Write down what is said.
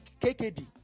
KKD